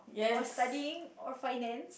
or studying or finance